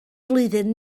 flwyddyn